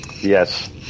Yes